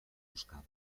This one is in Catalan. buscava